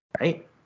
right